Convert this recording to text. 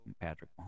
Patrick